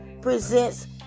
presents